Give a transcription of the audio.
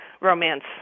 romance